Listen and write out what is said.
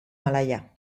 malaya